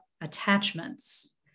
attachments